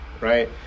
right